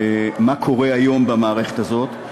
מה קורה היום במערכת הזאת.